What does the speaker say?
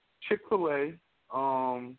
Chick-fil-A